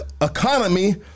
economy